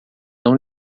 não